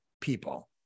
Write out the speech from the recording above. people